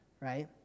right